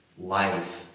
life